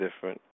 different